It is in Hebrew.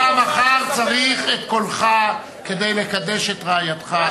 אתה מחר צריך את קולך כדי לקדש את רעייתך.